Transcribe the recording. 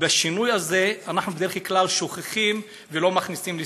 את השינוי הזה אנחנו בדרך כלל שוכחים ולא מכניסים לסטטיסטיקה.